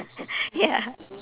ya